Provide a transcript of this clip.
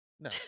no